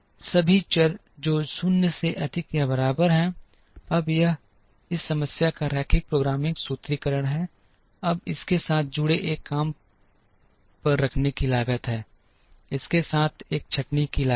अब सभी चर जो 0 से अधिक या बराबर हैं अब यह इस समस्या का रैखिक प्रोग्रामिंग सूत्रीकरण है अब इसके साथ जुड़े एक काम पर रखने की लागत है इसके साथ एक छंटनी की लागत है